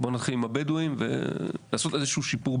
נתחיל עם המגזר הבדואי וננסה לעשות שם איזה שהוא שינוי.